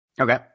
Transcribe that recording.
Okay